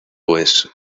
pues